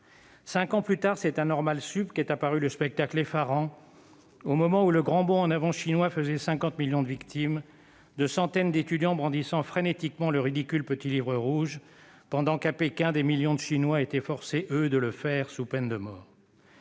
Cinq ans plus tard c'est à Normale Sup qu'est apparu le spectacle effarant, au moment où le Grand Bond en avant chinois faisait 50 millions de victimes, de centaines d'étudiants brandissant frénétiquement le ridicule, pendant qu'à Pékin des millions de Chinois étaient forcés, eux, de le faire sous peine de mort.